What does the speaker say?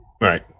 Right